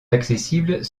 accessibles